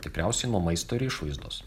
tikriausiai nuo maisto ir išvaizdos